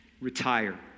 retire